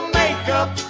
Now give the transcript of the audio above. makeup